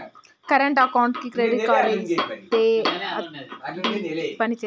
Current అకౌంట్కి credit card ఇత్తే అది పని చేత్తదా?